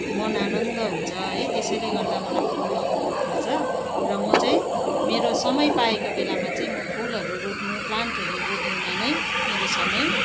मन आनन्द हुन्छ है त्यसैले गर्दा मलाई फुल रोप्नु मन पर्छ र म चाहिँ मेरो समय पाएको बेलामा चाहिँ म फुलहरू रोप्नु प्लान्टहरू रोप्नुमा नै मेरो समय